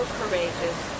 courageous